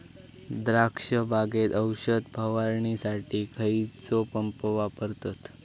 द्राक्ष बागेत औषध फवारणीसाठी खैयचो पंप वापरतत?